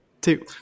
two